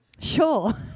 Sure